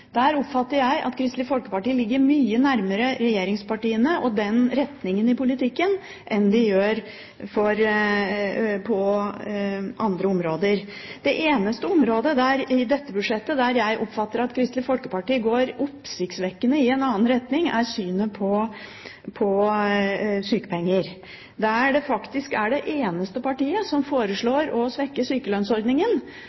Der oppfatter jeg at Kristelig Folkeparti ligger mye nærmere regjeringspartiene, og den retningen i politikken, enn de gjør på andre områder. Det eneste området i dette budsjettet der jeg oppfatter at Kristelig Folkeparti går oppsiktsvekkende i en annen retning, er i synet på sykepenger. Det er faktisk det eneste partiet som